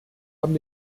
haben